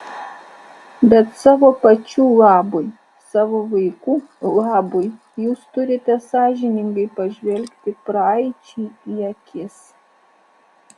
bet savo pačių labui savo vaikų labui jūs turite sąžiningai pažvelgti praeičiai į akis